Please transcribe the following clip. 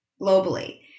globally